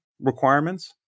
requirements